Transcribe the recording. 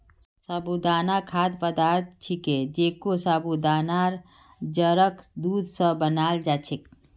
साबूदाना खाद्य पदार्थ छिके जेको साबूदानार जड़क दूध स बनाल जा छेक